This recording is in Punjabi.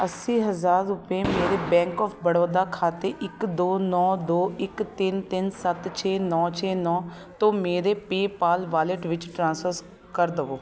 ਅੱਸੀ ਹਜ਼ਾਰ ਰੁਪਏ ਮੇਰੇ ਬੈਂਕ ਆਫ ਬੜੌਦਾ ਖਾਤੇ ਇੱਕ ਦੋ ਨੌ ਦੋ ਇੱਕ ਤਿੰਨ ਤਿੰਨ ਸੱਤ ਛੇ ਨੌ ਛੇ ਨੌ ਤੋਂ ਮੇਰੇ ਪੇਪਾਲ ਵਾਲਿਟ ਵਿੱਚ ਟ੍ਰਾਂਸਫਰ ਕਰ ਦੇਵੋ